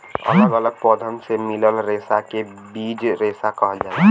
अलग अलग पौधन से मिलल रेसा के बीज रेसा कहल जाला